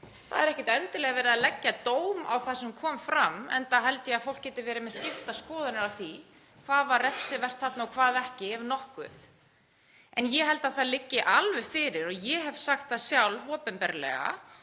Það er ekkert endilega verið að leggja dóm á það sem kom fram, enda held ég að fólk geti verið með skiptar skoðanir á því hvað var refsivert þarna og hvað ekki, ef nokkuð. En ég held að það liggi alveg fyrir og ég hef sagt það sjálf opinberlega,